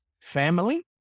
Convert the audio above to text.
family